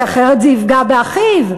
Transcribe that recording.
כי אחרת זה יפגע באחיו,